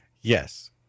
Yes